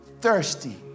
thirsty